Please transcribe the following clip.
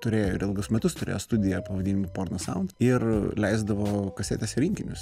turėjo ir ilgus metus turėjo studiją pavadinimu porno saund ir leisdavo kasetės rinkinius